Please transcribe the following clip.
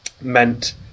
meant